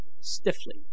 stiffly